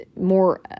more